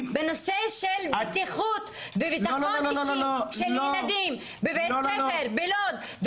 בנושא של בטיחות וביטחון אישי של ילדים בבית ספר בלוד,